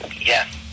Yes